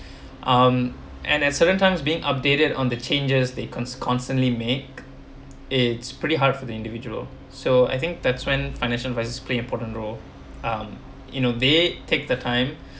um and at certain times being updated on the changes they con~ constantly make it's pretty hard for the individual so I think that's when financial advisors play important role um you know they take the time